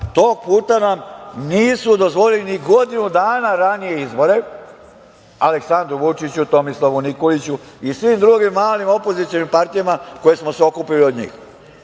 tog puta nisu dozvolili ni godinu dana ranije izbore Aleksandru Vučiću, Tomislavu Nikoliću i svim drugim malim opozicionim partijama koje su se okupile oko